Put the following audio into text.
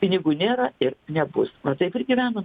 pinigų nėra ir nebus va taip ir gyvenam